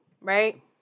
right